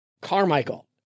Carmichael